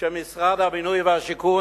שמשרד הבינוי והשיכון,